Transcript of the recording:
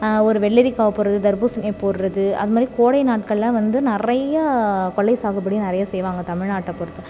ஒரு வெள்ளரிக்காவை போடுறது தர்பூசணியை போடுறது அது மாதிரி கோடை நாட்கள்லாம் வந்து நிறையா கொள்ளை சாகுபடி நிறைய செய்வாங்க தமிழ்நாட்டைப் பொருத்த